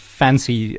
fancy